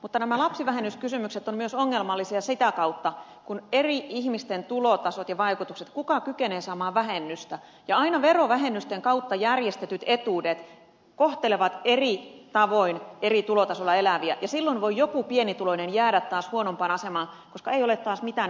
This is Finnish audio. mutta nämä lapsivähennyskysymykset ovat myös ongelmallisia sitä kautta että ihmisten eri tulotasot vaikuttavat siihen kuka kykenee saamaan vähennystä ja aina verovähennysten kautta järjestetyt etuudet kohtelevat eri tavoin eri tulotasoilla eläviä ja silloin voi joku pienituloinen jäädä taas huonompaan asemaan koska ei ole taas mitään mistä vähentää